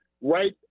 right